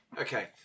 Okay